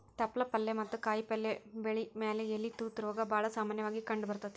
ತಪ್ಪಲ ಪಲ್ಲೆ ಮತ್ತ ಕಾಯಪಲ್ಲೆ ಬೆಳಿ ಮ್ಯಾಲೆ ಎಲಿ ತೂತ ರೋಗ ಬಾಳ ಸಾಮನ್ಯವಾಗಿ ಕಂಡಬರ್ತೇತಿ